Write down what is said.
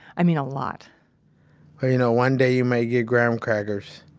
i mean a lot well, you know, one day you may get graham crackers,